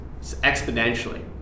exponentially